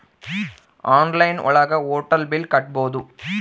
online ಒಳಗ hotel bill ಕಟ್ಬೋದು